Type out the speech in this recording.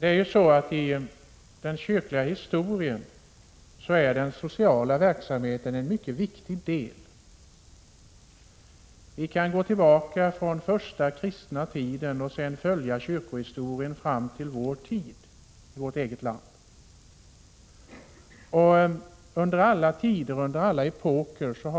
Herr talman! I den kyrkliga historien är den sociala verksamheten en mycket viktig del. Vi kan gå tillbaka till den första kristna tiden och följa kyrkans historia fram till vår tid i vårt eget land och då finna att kyrkan under alla epoker